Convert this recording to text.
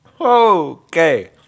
Okay